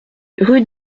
rue